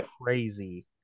crazy